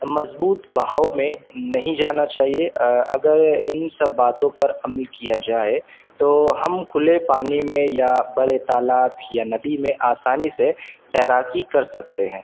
مضبوط بہاؤ میں نہیں جانا چاہیے اگر ان سب باتوں پر عمل کیا جائے تو ہم کھلے پانی میں یا بڑے تالاب یا ندی میں آسانی سے تیراکی کر سکتے ہیں